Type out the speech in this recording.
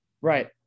Right